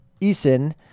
Eason